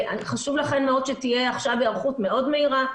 חשוב לכן מאוד שתהיה היערכות מאוד מהירה,